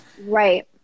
Right